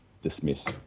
dismiss